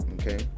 Okay